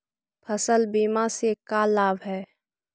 फसल बीमा से का लाभ है?